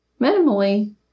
Minimally